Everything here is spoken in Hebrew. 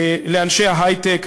לאנשי ההיי-טק,